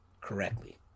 correctly